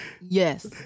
Yes